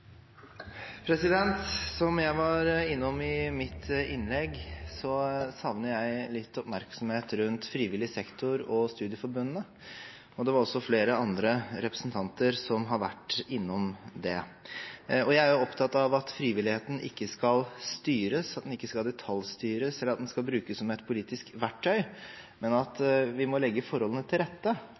om. Som jeg var innom i mitt innlegg, savner jeg litt oppmerksomhet på frivillig sektor og studieforbundene. Det er også flere andre representanter som har vært innom det. Jeg er opptatt av at frivilligheten ikke skal styres, at den ikke skal detaljstyres eller brukes som et politisk verktøy, men at vi må legge forholdene til rette